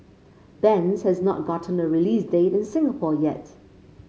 bends has not gotten a release date in Singapore yet